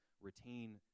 retain